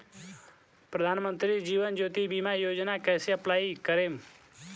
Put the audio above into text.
प्रधानमंत्री जीवन ज्योति बीमा योजना कैसे अप्लाई करेम?